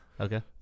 Okay